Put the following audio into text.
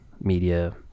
media